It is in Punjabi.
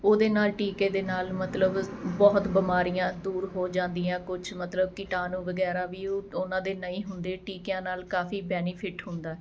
ਉਹਦੇ ਨਾਲ ਟੀਕੇ ਦੇ ਨਾਲ ਮਤਲਬ ਬਹੁਤ ਬਿਮਾਰੀਆਂ ਦੂਰ ਹੋ ਜਾਂਦੀਆਂ ਕੁਛ ਮਤਲਬ ਕੀਟਾਣੂ ਵਗੈਰਾ ਵੀ ਉਹਨਾਂ ਦੇ ਨਹੀਂ ਹੁੰਦੇ ਟੀਕਿਆਂ ਨਾਲ ਕਾਫੀ ਬੈਨੀਫਿਟ ਹੁੰਦਾ